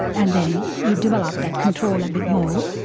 and then you develop that control a bit more,